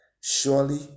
Surely